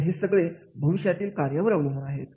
तर हे सगळे भविष्यातील कार्यावर अवलंबून आहे